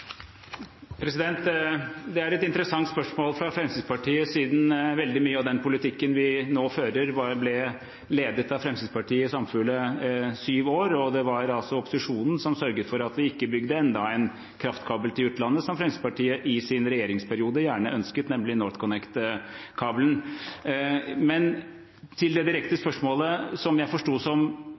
Det er et interessant spørsmål fra Fremskrittspartiet, siden veldig mye av den politikken vi nå fører, ble ledet av Fremskrittspartiet i syv samfulle år. Det var opposisjonen som sørget for at vi ikke bygde enda en kraftkabel til utlandet, som Fremskrittspartiet i sin regjeringsperiode gjerne ønsket, nemlig NorthConnect-kabelen. Så til det direkte spørsmålet, som jeg forsto som